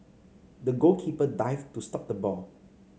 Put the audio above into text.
the goalkeeper dived to stop the ball